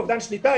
אובדן שליטה,